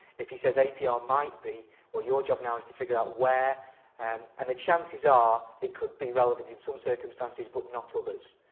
if he says apr might be well your job now is to figure out where and and the chances are it could be relevant in some circumstances but not others.